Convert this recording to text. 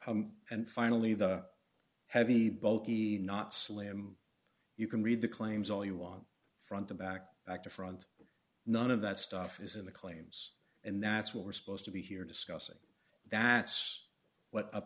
and finally the heavy bulky not slim you can read the claims all you want front to back back to front none of that stuff is in the claims and that's what we're supposed to be here discussing that's what